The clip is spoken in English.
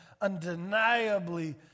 undeniably